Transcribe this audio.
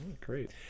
Great